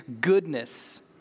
goodness